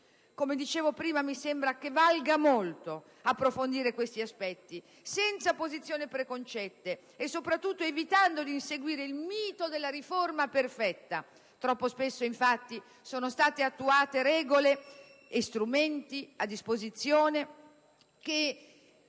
Come ho detto, mi sembra che valga approfondire questi aspetti, senza posizioni preconcette e, soprattutto, evitando di inseguire il mito della riforma perfetta. Troppo spesso, infatti, sono state attuate regole e strumenti che